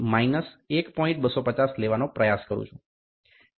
250 લેવાનો પ્રયાસ કરું છું